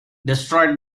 destroyed